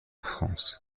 france